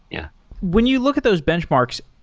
yeah when you look at those benchmarks,